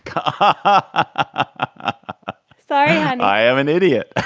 ah huh? ah sorry. yeah and i am an idiot.